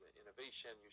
innovation